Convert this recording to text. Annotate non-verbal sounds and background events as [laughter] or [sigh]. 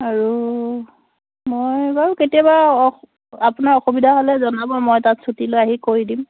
আৰু মই বাৰু কেতিয়াবা [unintelligible] আপোনাৰ অসুবিধা হ'লে জনাব মই তাত ছুটী লৈ আহি কৰি দিম